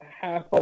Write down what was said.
half